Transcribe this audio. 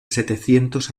setecientos